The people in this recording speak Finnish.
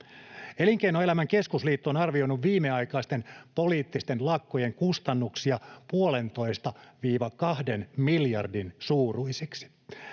Elinkeinoelämän keskusliitto on arvioinut viimeaikaisten poliittisten lakkojen kustannuksia 1,5—2 miljardin suuruisiksi.